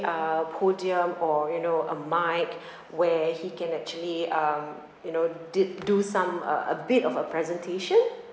uh podium or you know a mic where he can actually um you know did do some uh a bit of uh presentation